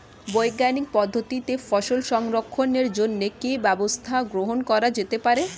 বৈজ্ঞানিক পদ্ধতিতে ফসল সংরক্ষণের জন্য কি ব্যবস্থা গ্রহণ করা যেতে পারে?